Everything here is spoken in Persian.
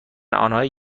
آنهایی